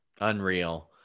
Unreal